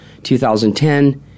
2010